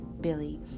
Billy